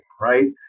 right